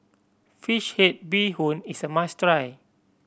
fish head bee hoon is a must try